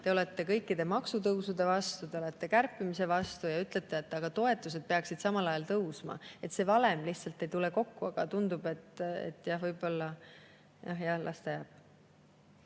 te olete kõikide maksutõusude vastu, te olete kärpimise vastu ja ütlete, et aga toetused peaksid samal ajal tõusma. See valem lihtsalt ei tule kokku, aga tundub, et võib-olla … Jah, las ta jääb.